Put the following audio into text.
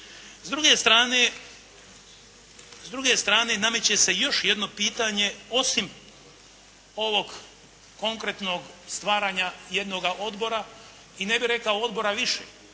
i u svijetu. S druge strane nameće se još jedno pitanje osim ovog konkretnog stvaranja jednoga odbora i ne bih rekao odbora više